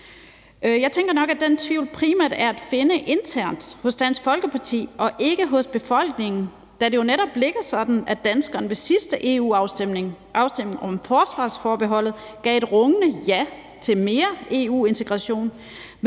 Jeg tænker nok, at den tvivl primært er at finde internt hos Dansk Folkeparti og ikke hos befolkningen, da det jo netop ligger sådan, at danskerne ved sidste EU-afstemning, afstemningen om forsvarsforbeholdet, gav et rungende ja til mere EU-integration